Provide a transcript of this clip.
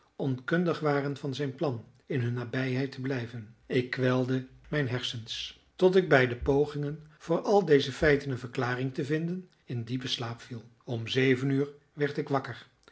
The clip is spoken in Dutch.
onkundig waren van zijn plan in hun nabijheid te blijven ik kwelde mijn hersens tot ik bij de pogingen voor al deze feiten een verklaring te vinden in diepen slaap viel om zeven uur werd ik wakker